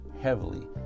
heavily